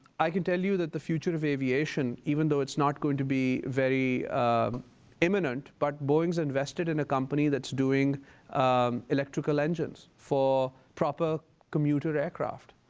i can tell you that the future of aviation, even though it's not going to be very imminent, but boeing's invested in a company that's doing um electrical engines for proper commuter aircraft.